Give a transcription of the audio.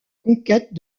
conquête